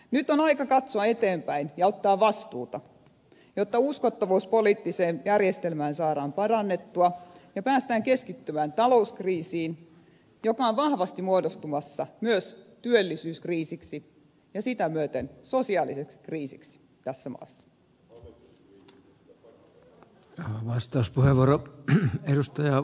nyt on aika katsoa eteenpäin ja ottaa vastuuta jotta uskottavuutta poliittiseen järjestelmään saadaan parannettua ja päästään keskittymään talouskriisiin joka on vahvasti muodostumassa myös työllisyyskriisiksi ja sitä myöten sosiaaliseksi kriisiksi tässä maassa